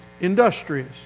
industrious